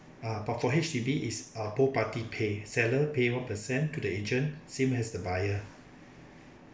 uh but for H_D_B is uh both party pay seller pay one per cent to the agent same as the buyer